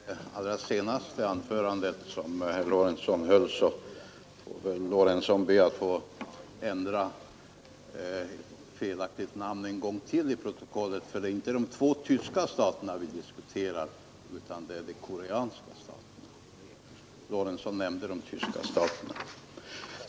Fru talman! Med anledning av det allra senaste anförandet får väl herr Lorentzon ännu en gång be om tillstånd att ändra en felaktig benämning i protokollet. Vi diskuterar nu inte de två tyska staterna, som herr Lorentzon tog upp, utan de koreanska staterna.